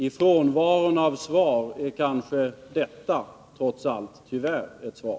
I frånvaron av svar är kanske detta — trots allt och tyvärr — ett svar.